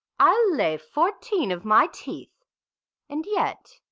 i'll lay fourteen of my teeth and yet,